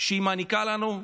שהיא מעניקה לנו,